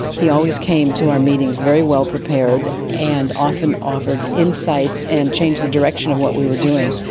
he always came to our meetings very well prepared, and often offered insights and changed the direction of what we were doing.